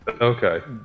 Okay